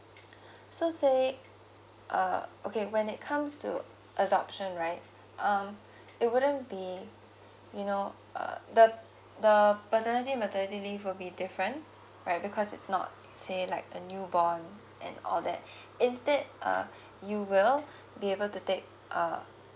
so say uh okay when it comes to adoption right um it wouldn't be you know uh the the paternity maternity leave will be different right because it's not say like a newborn and all that instead uh you will be able to take uh